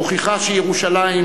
מוכיח שירושלים,